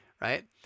right